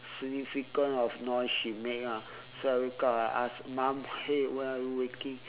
significant of noise she make ah so I wake up I ask mum hey why are we waking